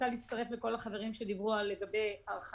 להצטרף לכל החברים שדיברו על האחיות.